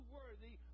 worthy